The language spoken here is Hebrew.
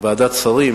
ועדת שרים,